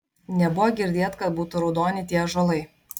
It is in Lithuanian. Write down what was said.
nebuvo girdėt kad būtų raudoni tie ąžuolai